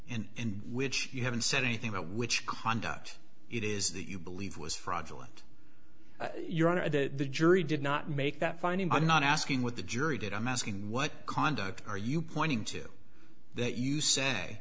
and which you haven't said anything about which conduct it is that you believe was fraudulent your honor the jury did not make that finding i'm not asking what the jury did i'm asking what conduct are you pointing to that you say